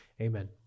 Amen